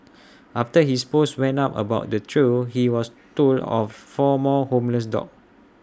after his post went up about the trio he was told of four more homeless dogs